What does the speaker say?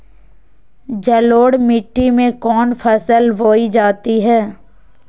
जलोढ़ मिट्टी में कौन फसल बोई जाती हैं?